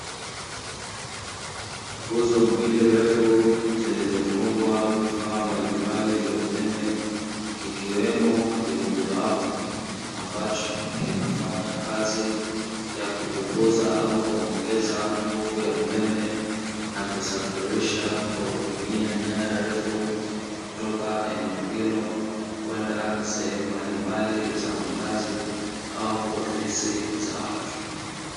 Nguzo mbili refu zilizofungwa vifaa mbalimbali vya umeme, kikiwemo kimojawapo ambacho kinafanya kazi ya kupunguza au kuongeza nguvu ya umeme na kusafirisha kwa kutumia nyaya refu kutoka eneo hilo kwenda sehemu mbalimbali za makazi au ofisi za watu.